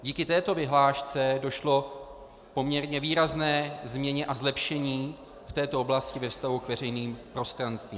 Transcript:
Díky této vyhlášce došlo k poměrně výrazné změně a zlepšení v této oblasti ve vztahu k veřejným prostranstvím.